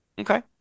Okay